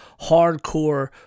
Hardcore